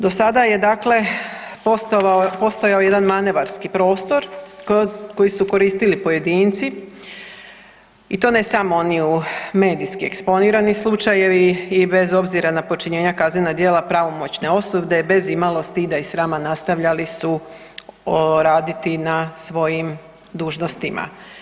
Do sada je dakle postojao jedan manevarski prostor koji su koristili pojedinci i to ne samo oni medijski eksponirani slučajevi i bez obzira na počinjena kaznena djela pravomoćne osude bez imalo stida i srama nastavljali su raditi na svojim dužnostima.